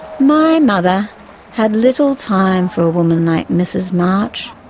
my mother had little time for a woman like mrs march,